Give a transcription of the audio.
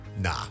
nah